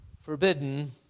Forbidden